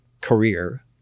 career